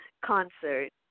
concert